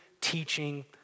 teaching